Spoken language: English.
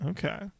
Okay